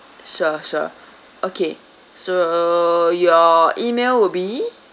sure sure okay so your email will be